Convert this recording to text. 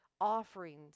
offerings